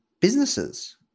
businesses